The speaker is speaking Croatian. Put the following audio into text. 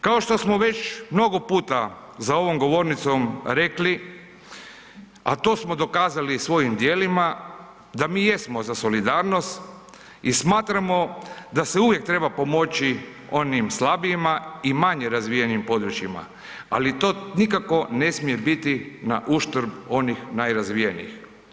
Kao što smo već mnogo puta za ovom govornicom rekli, a to smo dokazali svojim dijelima, da mi jesmo za solidarnost i smatramo da se uvijek treba pomoći onim slabijima i manje razvijenim područjima, ali to nikako ne smije biti na uštrb onih najrazvijenijih.